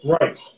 right